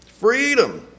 freedom